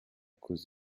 cause